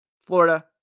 Florida